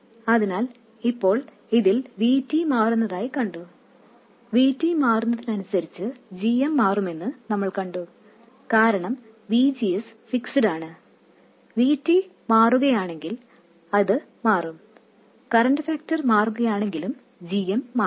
അതിനാൽ ഇപ്പോൾ ഇതിൽ V T മാറുന്നതായി കണ്ടു V T മാറുന്നതിനനുസരിച്ച് gm മാറുമെന്ന് നമ്മൾ കണ്ടു കാരണം V G S ഫിക്സ്ഡ് ആണ് V T മാറുകയാണെങ്കിൽ ഇത് മാറും കറൻറ് ഫാക്ടർ മാറുകയാണെങ്കിലും g m മാറും